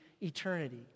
eternity